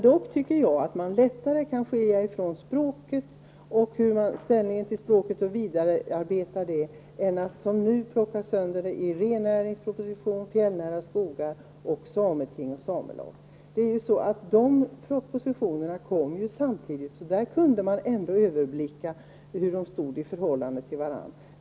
Dock tycker jag att det vore lättare om man kunde skilja ut språket och ta ställning till detta och göra en vidare bearbetning här än att, som nu, plocka sönder det hela i en rennäringsproposition, en proposition om fjällnära skogar och en om ett sameting och en samelag. Just de här propositionerna kom samtidigt. Därför kan det gå att överblicka dem och se hur de förhåller sig till varandra.